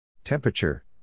Temperature